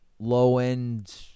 Low-end